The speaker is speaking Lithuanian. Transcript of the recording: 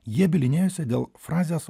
jie bylinėjosi dėl frazės